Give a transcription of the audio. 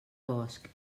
bosc